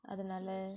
அதுனால:athunaala